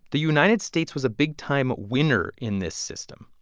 the united states was a big-time winner in this system.